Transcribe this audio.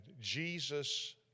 Jesus